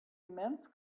immense